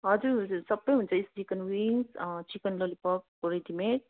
हजुर हजुर सबै हुन्छ चिकन विङ्ग्स चिकन ललिपपको रेडिमेड